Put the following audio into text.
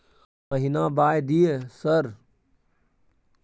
महीना बाय दिय सर?